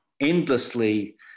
endlessly